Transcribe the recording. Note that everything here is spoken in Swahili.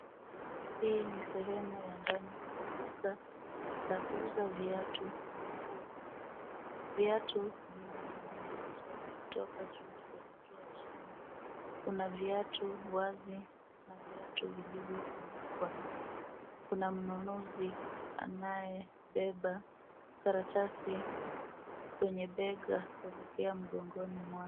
Hii ni sehemu ya ndani ya duka la kuuza viatu na nguo. Viatu vimening'inizwa kutoka juu kuelekea chini. Kuna viatu wazi na viatu vilivyofunikwa. Kuna mnunuzi anayebeba karatasi kwenye bega kuelekea mgongoni mwake.